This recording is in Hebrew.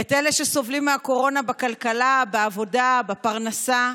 את אלה שסובלים מהקורונה בכלכלה, בעבודה, בפרנסה,